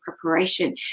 preparation